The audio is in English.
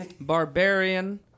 Barbarian